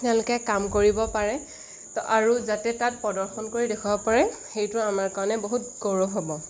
তেওঁলোকে কাম কৰিব পাৰে আৰু যাতে তাত প্ৰদৰ্শন কৰি দেখুৱাব পাৰে সেইটো আমাৰ কাৰণে বহুত গৌৰৱ হ'ব